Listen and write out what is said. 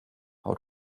how